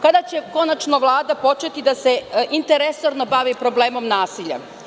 Kada će konačno Vlada početi da se inter-resorno bavi problemom nasilja?